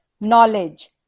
Knowledge